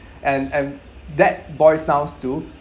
and and that's boils down to